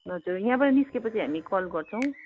हजुर यहाँबाट निस्केपछि हामी कल गर्छौँ